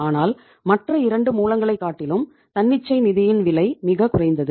ஆனால் மற்ற இரண்டு மூலங்களை காட்டிலும் தன்னிச்சை நிதியின் விலை மிகக் குறைந்தது